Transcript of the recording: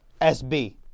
SB